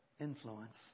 influence